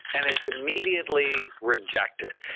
and it's immediately rejected.